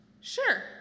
Sure